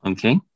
Okay